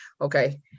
okay